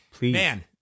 man